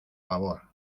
favor